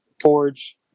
forge